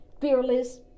fearless